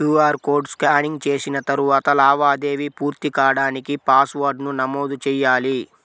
QR code scanning చేసిన తరువాత లావాదేవీ పూర్తి కాడానికి పాస్వర్డ్ను నమోదు చెయ్యాలి